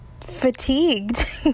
fatigued